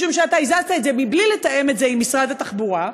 משום שאתה הזזת את זה מבלי לתאם את זה עם משרד התחבורה.